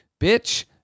bitch